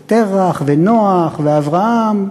תרח, נח ואברהם.